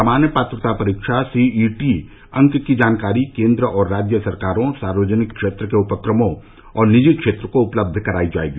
सामान्य पात्रता परीक्षा सी ई टी अंक की जानकारी केंद्र और राज्य सरकारों सार्वजनिक क्षेत्र के उपक्रमों और निजी क्षेत्र को उपलब्ध कराई जाएगी